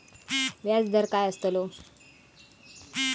व्याज दर काय आस्तलो?